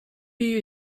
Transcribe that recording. you